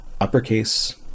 uppercase